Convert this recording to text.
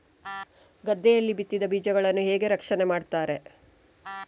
ಗದ್ದೆಯಲ್ಲಿ ಬಿತ್ತಿದ ಬೀಜಗಳನ್ನು ಹೇಗೆ ರಕ್ಷಣೆ ಮಾಡುತ್ತಾರೆ?